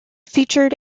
features